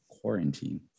quarantine